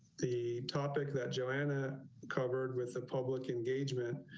the topic that joanna covered with the public engagement,